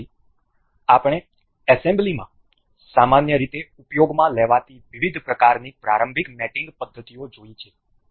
તેથી આપણે એસેમ્બલીમાં સામાન્ય રીતે ઉપયોગમાં લેવાતી વિવિધ પ્રકારની પ્રારંભિક મેટીંગ પદ્ધતિઓ જોઇ છે